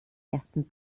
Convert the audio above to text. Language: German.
ersten